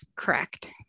Correct